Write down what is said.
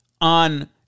on